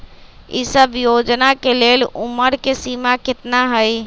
ई सब योजना के लेल उमर के सीमा केतना हई?